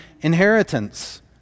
inheritance